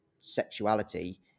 sexuality